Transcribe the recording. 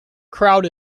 crowd